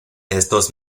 estos